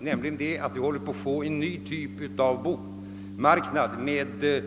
Det sammanhänger med att vi håller på att få en ny typ av bokmarknad, en ny typ